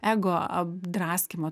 ego apdraskymo